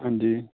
ਹਾਂਜੀ